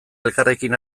elkarrekin